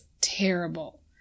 terrible